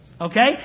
okay